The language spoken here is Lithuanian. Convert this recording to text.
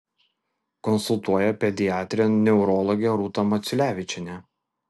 konsultuoja pediatrė neurologė rūta maciulevičienė